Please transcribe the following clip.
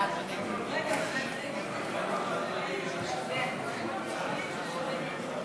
ההצעה להסיר מסדר-היום את הצעת חוק העונשין (תיקון,